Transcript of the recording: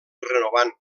renovant